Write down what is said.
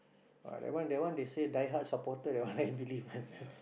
ah that one that one they say die heart supporter that one I believe one